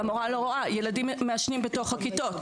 והמורה לא רואה ילדים מעשנים בתוך הכיתות.